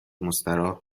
مستراح